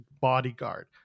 bodyguard